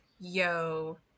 yo